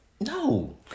No